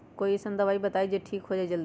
कोई अईसन दवाई बताई जे से ठीक हो जई जल्दी?